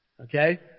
Okay